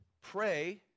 pray